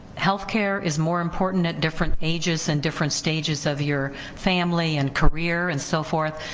healthcare is more important at different ages in different stages of your family and career and so forth,